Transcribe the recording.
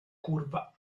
curva